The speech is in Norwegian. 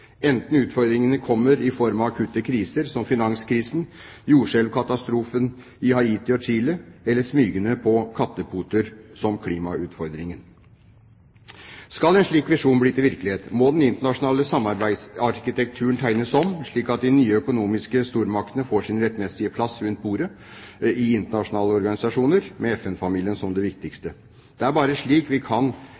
enten utfordringene kommer i form av akutte kriser, som finanskrisen, jordskjelvkatastrofen i Haiti og Chile, eller smygende på kattepoter, som klimautfordringen. Skal en slik visjon bli til virkelighet, må den internasjonale samarbeidsarkitekturen tegnes om, slik at de nye økonomiske stormaktene får sin rettmessige plass rundt bordet i internasjonale organisasjoner, med FN-familien som de viktigste. Det